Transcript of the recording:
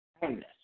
kindness